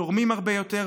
תורמים הרבה יותר,